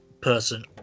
person